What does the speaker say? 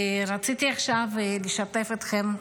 ורציתי עכשיו לשתף אתכם,